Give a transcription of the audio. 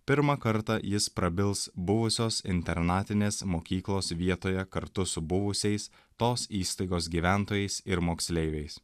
pirmą kartą jis prabils buvusios internatinės mokyklos vietoje kartu su buvusiais tos įstaigos gyventojais ir moksleiviais